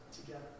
together